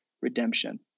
redemption